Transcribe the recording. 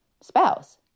spouse